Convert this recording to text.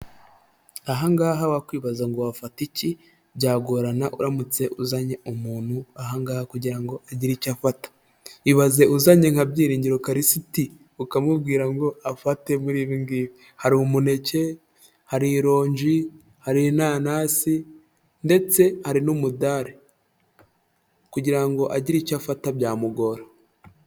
Aha ngaha wakwibaza ngo wafata iki, byagorana uramutse uzanye umuntu aha ngaha kugira ngo agire icyo afata. Ibaze uzanye nka Byiringiro Kalisiti ukamubwira ngo afate muri ibi ngibi hari umuneke, hari ironji, hari inanasi ndetse hari n'umudali. Kugira ngo agire icyo afata byamugora.